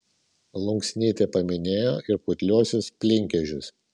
lunskytė paminėjo ir putliuosius plynkežius